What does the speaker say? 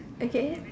okay